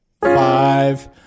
five